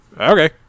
okay